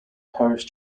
parish